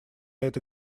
этой